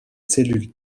cellules